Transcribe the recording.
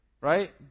Right